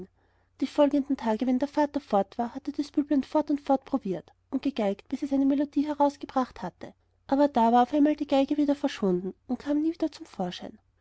die folgenden tage wenn der vater fort war hatte das büblein fort und fort probiert und gegeigt bis es eine melodie herausgebracht hatte aber da war auf einmal die geige wieder verschwunden und kam nie wieder zum vorschein